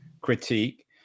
critique